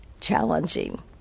challenging